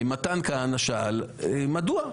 מתן כהנא שאל: מדוע?